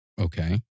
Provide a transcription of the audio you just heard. Okay